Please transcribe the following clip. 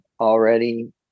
already